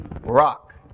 Rock